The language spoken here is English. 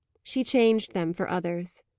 she changed them for others.